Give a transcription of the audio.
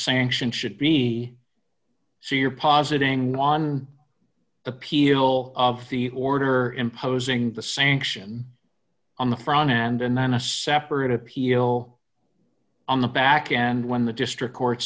sanction should be so you're positing one the peel of the order imposing the sanction on the front hand and then a separate appeal on the back and when the district court